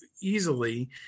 easily